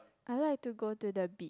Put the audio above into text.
I like to go to the beach